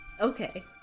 Okay